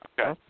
Okay